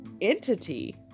entity